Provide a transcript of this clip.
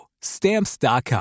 Stamps.com